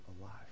alive